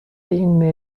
این